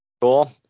Cool